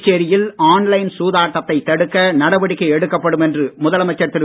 புதுச்சேரியில் online சூதாட்டத்தை தடுக்க நடவடிக்கை எடுக்கப்படும் என்று முதலமைச்சர் திரு